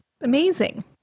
amazing